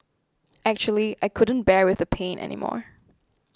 actually I couldn't bear with the pain anymore